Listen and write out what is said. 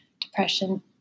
depression